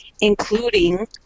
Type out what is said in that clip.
including